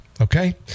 Okay